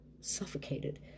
suffocated